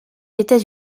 états